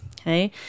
Okay